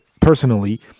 personally